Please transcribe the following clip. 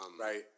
Right